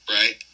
right